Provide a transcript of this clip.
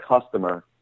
customer